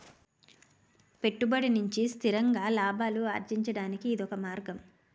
పెట్టుబడి నుంచి స్థిరంగా లాభాలు అర్జించడానికి ఇదొక మార్గం